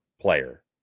player